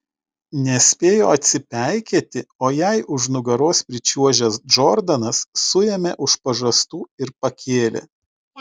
nespėjo atsipeikėti o jai už nugaros pričiuožęs džordanas suėmė už pažastų ir pakėlė